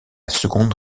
seconde